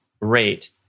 rate